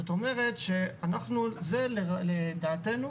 זאת אומרת שזה לדעתנו